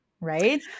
right